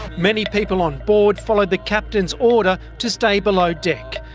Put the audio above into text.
many people on board follow the captain's order to stay below deck,